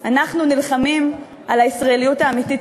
אנחנו נלחמים על הישראליות האמיתית,